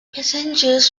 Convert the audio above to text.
passengers